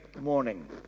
morning